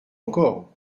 encore